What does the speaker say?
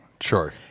Sure